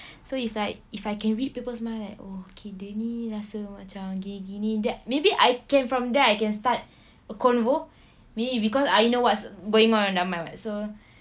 so it's like if I can read people's mind like oh okay dia ni rasa macam gini-gini maybe I can from there I can start a convo maybe because I know what's going on in their mind [what] so